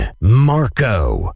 Marco